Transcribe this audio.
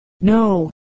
no